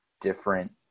different